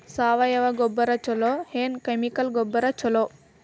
ಸಾವಯವ ಗೊಬ್ಬರ ಛಲೋ ಏನ್ ಕೆಮಿಕಲ್ ಗೊಬ್ಬರ ಛಲೋ?